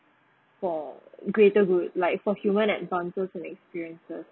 for greater good like for human advances and experiences